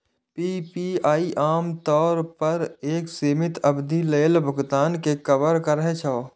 PPI आम तौर पर एक सीमित अवधि लेल भुगतान कें कवर करै छै